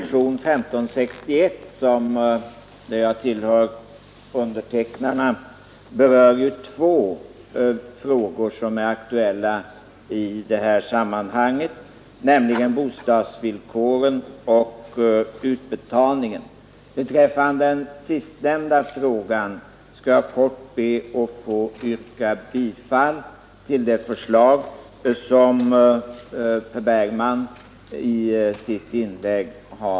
Herr talman! Jag tillhör undertecknarna av motionen 1561 som berör två aktuella frågor i det här sammanhanget, nämligen bostadsvillkoren och utbetalningen. Beträffande den sistnämnda frågan skall jag helt kort be att få yrka bifall till det förslag som herr Bergman framfört i sitt inlägg.